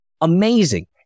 amazing